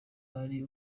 hari